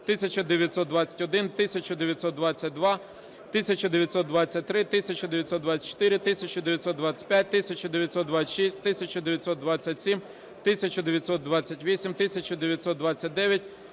1921, 1922, 1923, 1924, 1925, 1926, 1927, 1928, 1929,